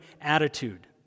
attitude